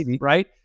right